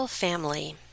family